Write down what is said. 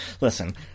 Listen